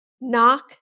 Knock